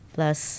Plus